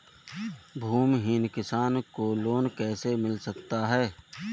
भूमिहीन किसान को लोन कैसे मिल सकता है?